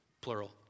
plural